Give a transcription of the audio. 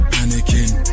Panicking